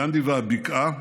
גנדי והבקעה,